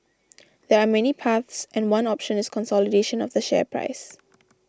there are many paths and one option is consolidation of the share price